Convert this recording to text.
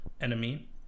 enemy